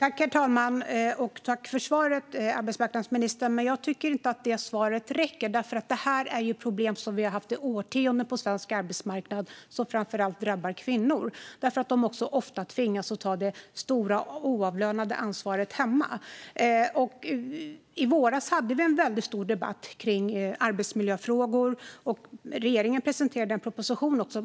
Herr talman! Tack för svaret, arbetsmarknadsministern, men jag tycker inte att det svaret räcker! Det här är problem som vi har haft i årtionden på svensk arbetsmarknad och som framför allt drabbar kvinnor eftersom de ofta tvingas ta det stora oavlönade ansvaret hemma. I våras hade vi en väldigt stor debatt om arbetsmiljöfrågor. Regeringen presenterade också en proposition.